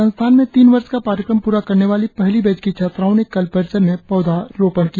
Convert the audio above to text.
संस्थान में तीन वर्ष का पाठ्यक्रम प्ररा करने वाली पहली बैच की छात्राओं ने कल परिसर में पौधारोपण किया